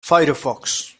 firefox